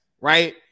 right